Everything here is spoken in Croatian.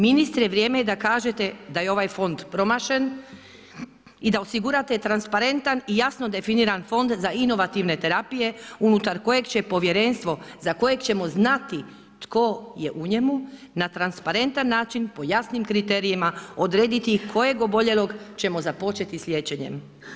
Ministre vrijeme je da kažete da je ovaj fond promašen i da osigurate transparentan i jasno definiran fond za inovativne terapije unutar kojeg će povjerenstvo za kojeg ćemo znati tko je u njemu, na transparentan način po jasnim kriterijima odrediti kojeg oboljelog ćemo započeti s liječenjem.